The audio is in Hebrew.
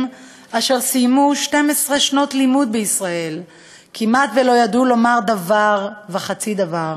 אשר סיימו 12 שנות לימוד בישראל כמעט לא ידעו לומר דבר וחצי דבר